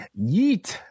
yeet